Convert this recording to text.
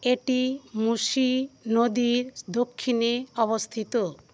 এটি মুসি নদীর দক্ষিণে অবস্থিত